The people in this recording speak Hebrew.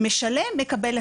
משלם ומקבל החזר.